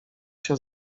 się